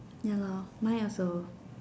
ya lor mine also